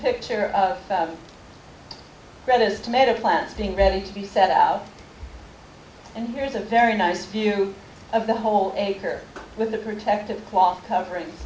picture of bread as tomato plants being ready to be set out and here is a very nice view of the whole acre with the protective cloth covering